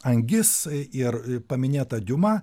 angis ir paminėta diuma